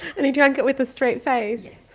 and he drank it with a straight face